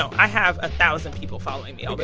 i have a thousand people following me um but